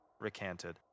recanted